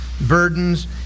burdens